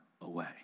away